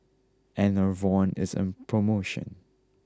Enervon is on promotion